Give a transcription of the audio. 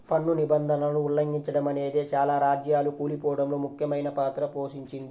పన్ను నిబంధనలను ఉల్లంఘిచడమనేదే చాలా రాజ్యాలు కూలిపోడంలో ముఖ్యమైన పాత్ర పోషించింది